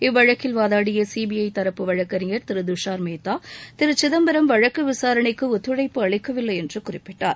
இவ்வழக்கில் வாதாடிய சிபிஐ தரப்பு வழக்கறிஞர் திரு துஷார் மேத்தா திரு சிதம்பரம் வழக்கு விசாரணைக்கு ஒத்துழைப்பு அளிக்கவில்லை என்று குறிப்பிட்டார்